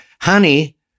Honey